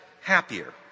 happier